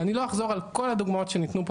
ואני לא אחזור על כל הדוגמאות שניתנו פה